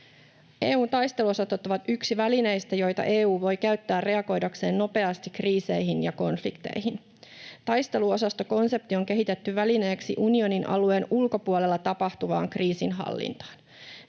EU:n taisteluosastot ovat yksi välineistä, joita EU voi käyttää reagoidakseen nopeasti kriiseihin ja konflikteihin. Taisteluosastokonsepti on kehitetty välineeksi unionin alueen ulkopuolella tapahtuvaan kriisinhallintaan.